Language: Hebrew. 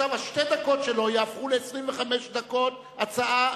עכשיו השתי דקות שלו יהפכו ל-25 דקות הצעה נוספת.